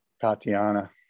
Tatiana